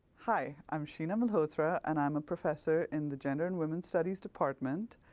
hi. i'm sheena malhotra and i'm a professor in the gender and women's studies department.